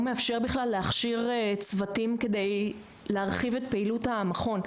מאפשר בכלל להכשיר צוותים כדי להרחיב את פעילות המכון.